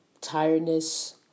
tiredness